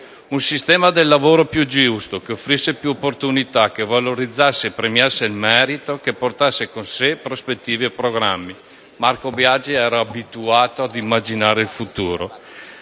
un sistema del lavoro più giusto, che offrisse più opportunità, valorizzasse e premiasse il merito e portasse con sé prospettive e programmi: Marco Biagi era abituato a immaginare il futuro.